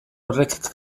horrek